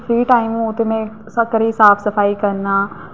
free time होए ते में सब घरै दी साफ सफाई करना